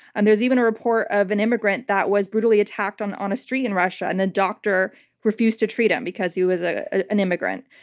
and there's even a report of an immigrant that was brutally attacked on on a street in russia and the doctor refused to treat him because he was ah an immigrant.